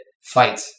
fight